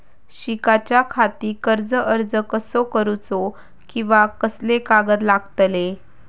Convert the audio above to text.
शिकाच्याखाती कर्ज अर्ज कसो करुचो कीवा कसले कागद लागतले?